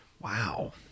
Wow